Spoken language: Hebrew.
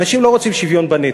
אנשים לא רוצים שוויון בנטל.